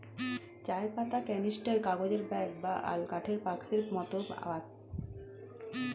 চায়ের পাতা ক্যানিস্টার, কাগজের ব্যাগ বা কাঠের বাক্সের মতো পাত্রে আলগাভাবে প্যাক করা হয়